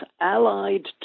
allied